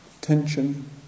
tension